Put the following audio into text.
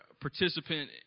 participant